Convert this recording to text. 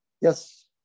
Yes